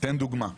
אתן דוגמה.